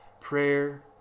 Prayer